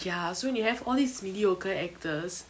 ya so when you have all these mediocre actors